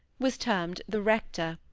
was termed the rector.